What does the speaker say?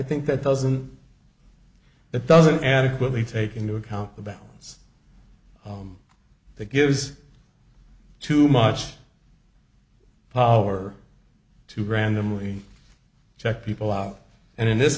think that doesn't that doesn't adequately take into account the balance that gives too much power to randomly check people out and in this